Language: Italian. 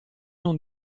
non